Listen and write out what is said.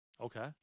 Okay